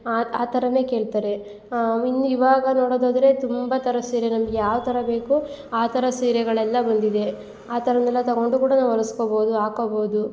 ಆ ಆ ತರನೆ ಕೇಳ್ತಾರೆ ಇನ್ ಇವಾಗ ನೋಡೋದಾದರೆ ತುಂಬ ತರ ಸೀರೆ ನಮ್ಗ್ ಯಾವ್ ತರ ಬೇಕು ಆ ತರ ಸೀರೆಗಳೆಲ್ಲ ಬಂದಿದೆ ಆ ಥರನೆಲ್ಲ ತಗೊಂಡು ಕೂಡ ನಾವು ಹೊಲಿಸ್ಕೊಬೋದು ಹಾಕೊಬೋದು